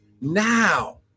now